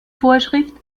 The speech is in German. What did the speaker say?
vorschrift